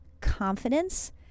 confidence